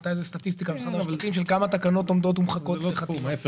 הייתה איזו סטטיסטיקה כמה תקנות עומדות ומחכות לחתימה.